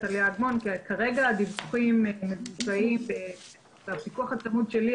כרגע הדיווחים מבוצעים בפיקוח הצמוד שלי,